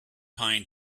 pine